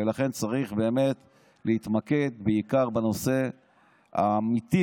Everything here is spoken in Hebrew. ולכן צריך באמת להתמקד בעיקר בנושא האמיתי,